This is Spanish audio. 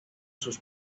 sus